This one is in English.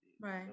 Right